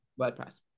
WordPress